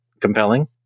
compelling